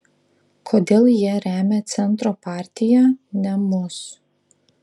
kodėl jie remia centro partiją ne mus